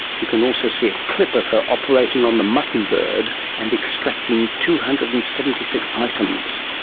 you can also see a clip of her operating on the mutton bird and extracting two hundred and seventy six items.